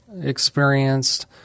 experienced